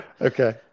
Okay